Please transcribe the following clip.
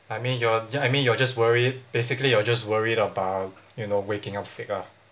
I mean you're I mean you're just worried basically you're just worried about you know waking up sick ah